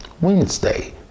Wednesday